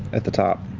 at the top.